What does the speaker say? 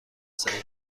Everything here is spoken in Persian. سریع